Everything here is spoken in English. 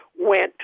went